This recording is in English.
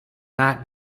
matt